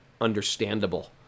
understandable